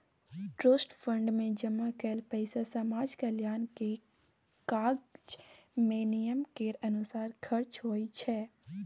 trust fund मे जमा कएल पैसा समाज कल्याण केर काज मे नियम केर अनुसार खर्च होइ छै